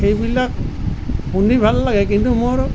সেইবিলাক শুনি ভাল লাগে কিন্তু মোৰ